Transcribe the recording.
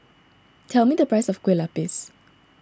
tell me the price of Kue Lupis